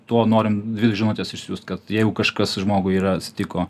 tuo norim m dvi žinutes išsiųst kad jeigu kažkas žmogui yra atsitiko